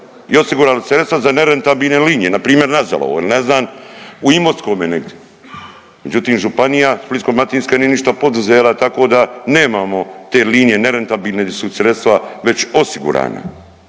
i osigurali sredstva za nerentabilne linije, npr. na Zelovo il ne znam u Imotskome negdi, međutim županija Splitsko-dalmatinska nije ništa poduzela tako da nemamo te linije nerentabilne gdje su sredstva već osigurana.